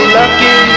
lucky